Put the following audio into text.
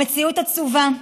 המציאות עצובה: